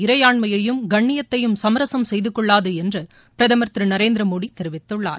இறையாண்மையையும் கண்ணியத்தையும் சமரசம் செய்துகொள்ளாதுஎன்றும் பிரதமர் திருநரேந்திரமோடி தெரிவித்துள்ளார்